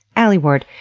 alie ward,